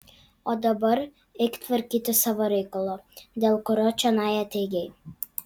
o dabar eik tvarkyti savo reikalo dėl kurio čionai atėjai